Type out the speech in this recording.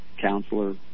Counselor